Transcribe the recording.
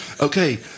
Okay